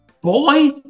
boy